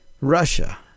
Russia